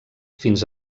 fins